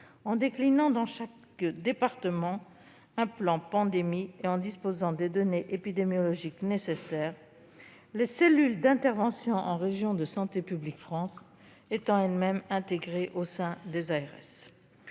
en déclinant, dans son département, un plan pandémie et en disposant des données épidémiologiques nécessaires, les cellules d'intervention en région de Santé publique France étant elles-mêmes intégrées au sein des ARS.